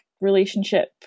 relationship